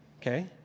okay